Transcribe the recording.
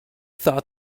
thought